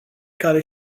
care